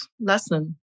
lesson